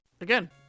Again